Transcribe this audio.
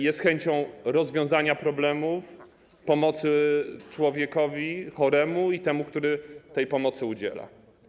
Jest chęcią rozwiązania problemów, pomocy człowiekowi choremu i temu, który tej pomocy udziela.